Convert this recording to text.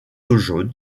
jaune